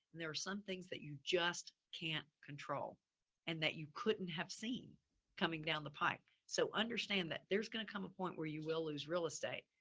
and there are some things that you just can't control and that you couldn't have seen coming down the pipe. so understand that there's gonna come a point where you will lose real estate.